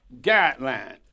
guideline